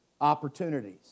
Opportunities